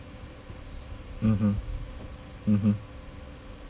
mmhmm mmhmm